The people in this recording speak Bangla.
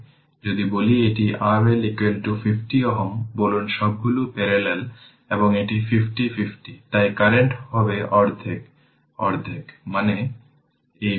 সুতরাং এর পরের মানে যদি দেখুন এটি এখানে প্রথমে KVL প্রয়োগ করে যাতে i1 i এবং i1 i2 i1 i2 i দেওয়া তাই এখানে এই লুপে KVL প্রয়োগ করুন